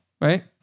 right